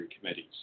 committees